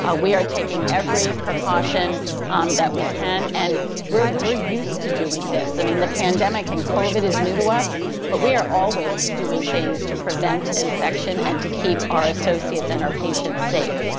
ah we are taking every precaution that we can and we're we're used to doing this. i mean the pandemic and covid is new to us but we are always doing things to prevent infection and to keep our associates and our patients safe,